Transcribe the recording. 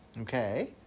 Okay